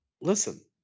Listen